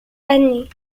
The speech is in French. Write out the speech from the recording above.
année